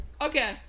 Okay